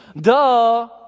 Duh